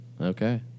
Okay